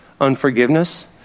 unforgiveness